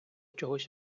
чогось